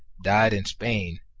died in spain,